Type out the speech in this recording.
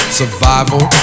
survival